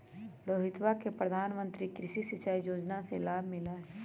रोहितवा के प्रधानमंत्री कृषि सिंचाई योजना से लाभ मिला हई